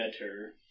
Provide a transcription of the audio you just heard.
better